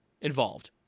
involved